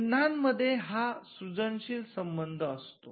चिन्हांमध्ये हा सृजनशील संबध असतो